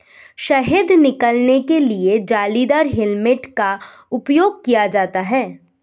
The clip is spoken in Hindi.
शहद निकालने के लिए जालीदार हेलमेट का उपयोग किया जाता है